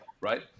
right